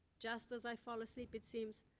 just as i fall asleep, it seems,